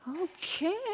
Okay